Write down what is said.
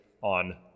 on